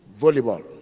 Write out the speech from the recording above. volleyball